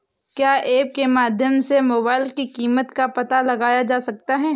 क्या ऐप के माध्यम से मोबाइल पर कीमत का पता लगाया जा सकता है?